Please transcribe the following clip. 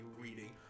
reading